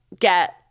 get